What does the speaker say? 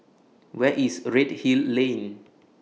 Where IS Redhill Lane